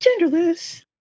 genderless